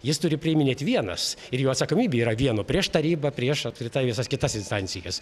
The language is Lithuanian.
jis turi priiminėt vienas ir jo atsakomybė yra vieno prieš tarybą prieš apskritai visas kitas instancijas